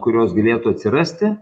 kurios galėtų atsirasti